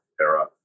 era